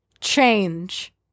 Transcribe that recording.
change